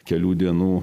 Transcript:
kelių dienų